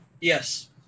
Yes